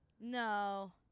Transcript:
No